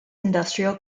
industrial